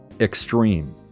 Extreme